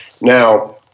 Now